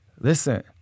listen